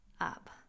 up